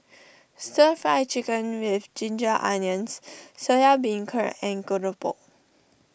Stir Fry Chicken with Ginger Onions Soya Beancurd and Keropok